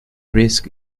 risk